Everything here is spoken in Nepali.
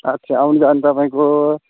अच्छा आउनु जानु तपाईँको